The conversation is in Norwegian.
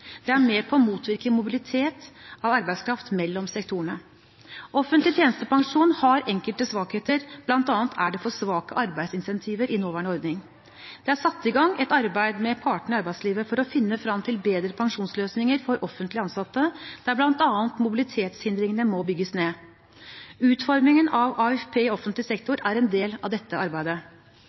Det er med på å motvirke mobilitet av arbeidskraft mellom sektorene. Offentlig tjenestepensjon har enkelte svakheter, bl.a. er det for svake arbeidsincentiver i nåværende ordning. Det er satt i gang et arbeid med partene i arbeidslivet for å finne fram til bedre pensjonsløsninger for offentlig ansatte, der bl.a. mobilitetshindringene må bygges ned. Utformingen av AFP i offentlig sektor er en del av dette arbeidet.